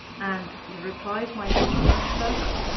and your replies might get you much further.